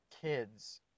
kids